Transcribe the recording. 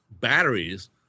batteries